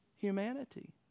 humanity